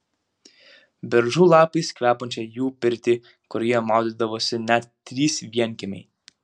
beržų lapais kvepiančią jų pirtį kurioje maudydavosi net trys vienkiemiai